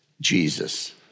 Jesus